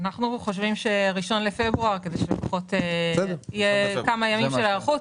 אנחנו חושבים על 1 בפברואר כדי שיהיו כמה ימים להיערכות.